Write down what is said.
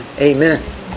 Amen